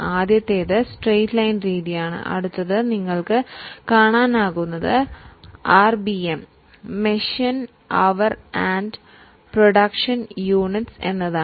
ആദ്യത്തേത് straight line രീതി എന്നിവയാണ്